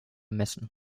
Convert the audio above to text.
messen